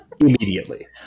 immediately